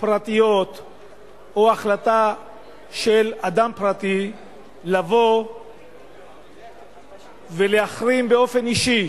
פרטיות או החלטה של אדם פרטי לבוא ולהחרים באופן אישי